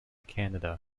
canada